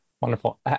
Wonderful